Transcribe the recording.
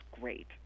great